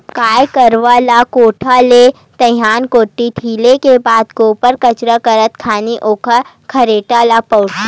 गाय गरुवा ल कोठा ले दईहान कोती ढिले के बाद गोबर कचरा करत खानी घलोक खरेटा ल बउरथे